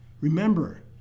Remember